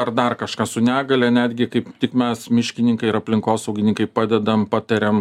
ar dar kažką su negalia netgi kaip tik mes miškininkai ir aplinkosaugininkai padedam patariam